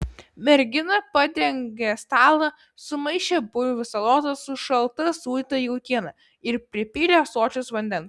mergina padengė stalą sumaišė bulvių salotas su šalta sūdyta jautiena ir pripylė ąsočius vandens